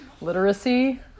literacy